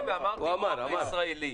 אמרתי המוח הישראלי.